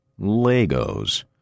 Legos